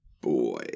boy